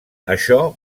això